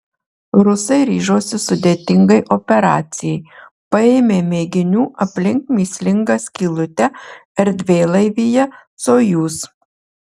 rusai ryžosi sudėtingai operacijai paėmė mėginių aplink mįslingą skylutę erdvėlaivyje sojuz